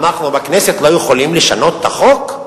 אנחנו בכנסת לא יכולים לשנות את החוק?